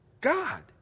God